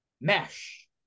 Mesh